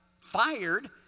fired